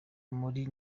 muri